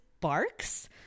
barks